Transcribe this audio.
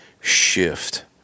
shift